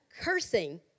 cursing